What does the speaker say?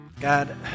God